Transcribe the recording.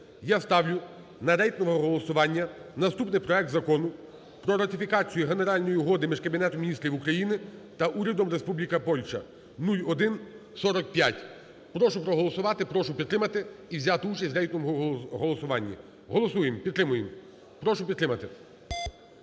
я ставлю на рейтингове голосування наступний проект Закону про ратифікацію Генеральної Угоди між Кабінетом Міністрів України та Урядом Республіки Польща (0145). Прошу проголосувати, прошу підтримати і взяти участь в рейтинговому голосуванні. Голосуємо. Підтримуємо. Прошу підтримати.